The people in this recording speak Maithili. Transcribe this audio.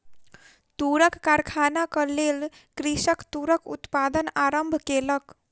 तूरक कारखानाक लेल कृषक तूरक उत्पादन आरम्भ केलक